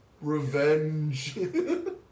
Revenge